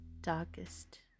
darkest